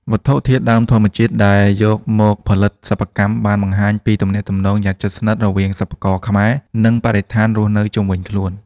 វត្ថុធាតុដើមធម្មជាតិដែលយកមកផលិតសិប្បកម្ម បានបង្ហាញពីទំនាក់ទំនងយ៉ាងជិតស្និទ្ធរវាងសិប្បករខ្មែរ និងបរិស្ថានរស់នៅជុំវិញខ្លួន។